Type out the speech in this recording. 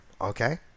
Okay